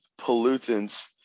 pollutants